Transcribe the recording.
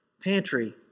pantry